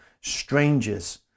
strangers